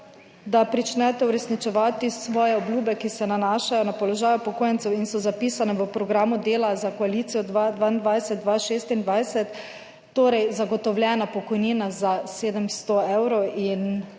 da pričnete uresničevati svoje obljube, ki se nanašajo na položaj upokojencev in so zapisane v programu dela za koalicijo 2022-2026, torej zagotovljena pokojnina za 700 evrov in